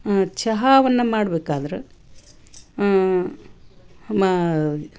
ಚಹಾವನ್ನ ಮಾಡ್ಬೇಕಾದ್ರ ಮ